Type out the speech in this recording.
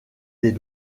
des